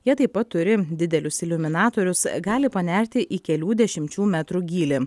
jie taip pat turi didelius iliuminatorius gali panerti į kelių dešimčių metrų gylį